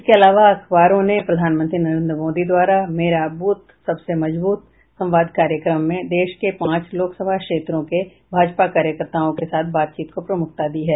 इसके अलावा अखबारों ने प्रधानमंत्री नरेन्द्र मोदी द्वारा मेरा बूथ सबसे मजबूत संवाद कार्यक्रम में देश के पांच लोकसभा क्षेत्रों के भाजपा कार्यकर्त्ताओं के साथ बातचीत को प्रमुखता दी है